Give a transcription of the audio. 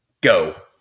Go